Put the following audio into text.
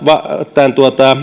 tämän